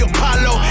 Apollo